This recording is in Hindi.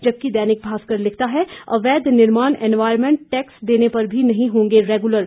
जबकि दैनिक भास्कर लिखता है अवैध निर्माण एन्वायर्नमेंट टैक्स देने पर भी नहीं होंगे रेगुलर